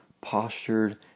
postured